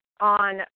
on